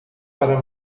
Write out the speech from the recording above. para